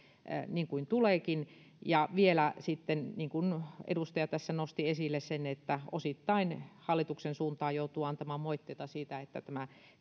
niin kuin tuleekin ja vielä sitten niin kuin edustaja tässä nosti esille kun osittain hallituksen suuntaan joutuu antamaan moitteita siitä että tämä